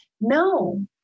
no